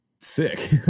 Sick